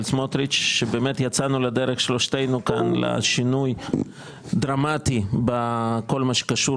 סמוטריץ' שבאמת יצאנו לדרך שלושתנו כאן לשינוי דרמטי בכל מה שקשור